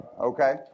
Okay